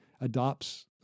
adopts